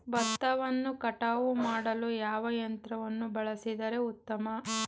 ಭತ್ತವನ್ನು ಕಟಾವು ಮಾಡಲು ಯಾವ ಯಂತ್ರವನ್ನು ಬಳಸಿದರೆ ಉತ್ತಮ?